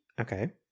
Okay